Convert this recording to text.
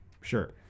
Sure